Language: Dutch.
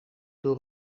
door